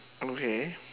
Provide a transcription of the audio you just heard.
okay